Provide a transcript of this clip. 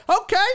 okay